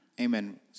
Amen